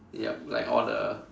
yup like all the